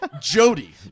jody